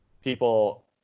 people